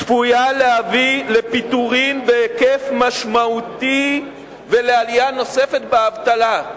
צפויה להביא לפיטורים בהיקף משמעותי ולעלייה נוספת באבטלה.